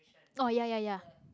oh ya ya ya